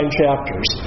chapters